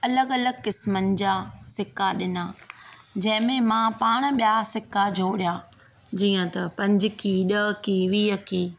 अलॻि अलॻि किस्मनि जा सिका ॾिना जंहिंमें मां पाण ॿिया सिका जोड़िया जीअं त पंज की ॾह की वीह की